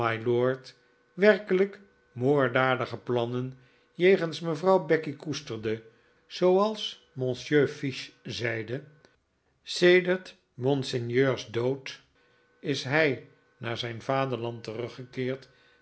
werkelijk moorddadige plannen jegens mevrouw becky koesterde zooals monsieur fiche zeide sedert monseigneur's dood is hij naar zijn vaderland teruggekeerd